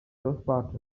rozpaczy